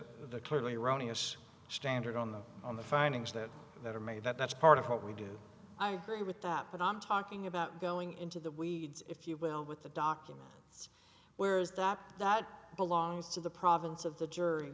that clearly erroneous standard on the on the findings that that are made that's part of what we do i agree with that but i'm talking about going into the weeds if you will with the documents where's that that belongs to the province of the jury